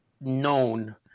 known